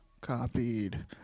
Copied